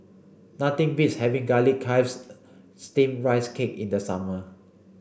nothing beats having garlic chives steamed rice cake in the summer